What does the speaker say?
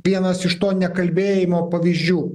vienas iš to nekalbėjimo pavyzdžių